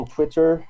Twitter